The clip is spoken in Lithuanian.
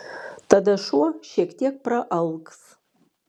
tada šuo šiek tiek praalks